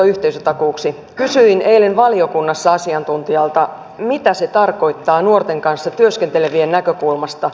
kysyin eilen valiokunnassa asiantuntijalta mitä se tarkoittaa nuorten kanssa työskentelevien näkökulmasta